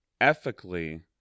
ethically